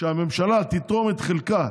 כשהממשלה תתרום את חלקה